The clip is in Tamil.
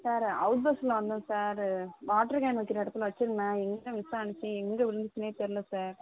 சார் அவுட் பஸ்சில் வந்தோம் சாரு வாட்ரு கேன் வைக்கிற இடத்துல வெச்சுருந்தேன் எங்கே மிஸ் ஆகிச்சி எங்கே விழுந்துச்சுனே தெரில சார்